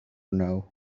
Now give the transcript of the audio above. know